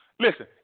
Listen